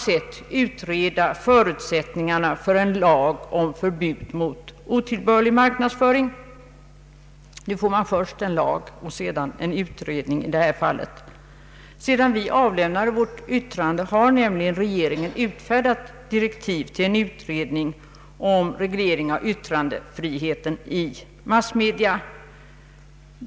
otillbörlig marknadsföring, m.m. sätt utreda förutsättningarna för en lag om förbud mot otillbörlig marknadsföring. Nu får vi först en lag och därefter en utredning. Sedan vi avlämnade vårt särskilda yttrande har nämligen regeringen utfärdat direktiv till en utredning om reglering av yttrandefriheten i massmedia.